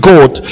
God